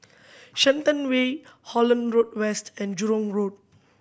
Shenton Way Holland Road West and Jurong Road